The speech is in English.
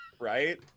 right